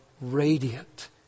radiant